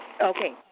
Okay